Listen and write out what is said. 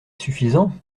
suffisant